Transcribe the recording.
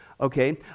Okay